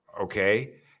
Okay